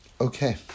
Okay